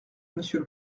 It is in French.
monsieur